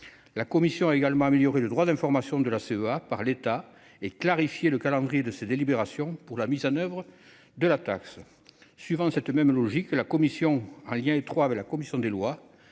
La commission a également amélioré le droit d'information de la CEA par l'État et clarifié le calendrier de ses délibérations pour la mise en oeuvre de la taxe. Suivant cette même logique, et en lien étroit avec la commission des lois,